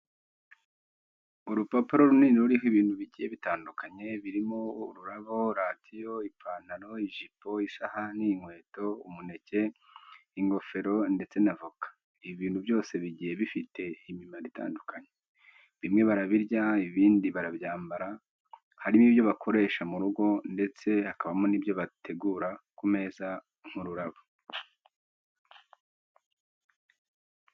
Urupapuro runini ruriho ibintu bigiye bitandukanye birimo ururabo, radiyo, ipantaro, ijipo, isahani, inkweto, umuneke, ingofero ndetse na voka. Ibi bintu byose bigiye bifite imimaro itandukanye. Bimwe barabirya, ibindi barabyambara, harimo ibyo bakoresha mu rugo ndetse hakabamo n'ibyo bategura ku meza nk'ururabo.